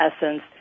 essence